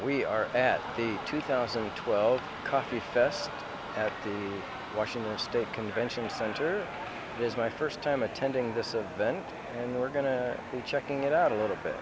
we are at the two thousand and twelve coffee fest at the washington state convention center is my first time attending this event and we're going to be checking it out a little bit